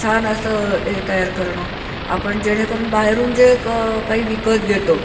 छान असं हे तयार करणं आपण जेणेकरून बाहेरून जे क काही विकत घेतो